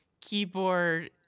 keyboard